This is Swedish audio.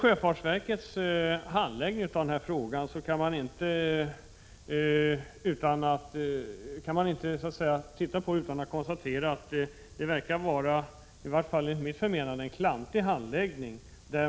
Sjöfartsverkets handläggning av denna fråga har, i varje fall enligt mitt förmenande, varit klantig.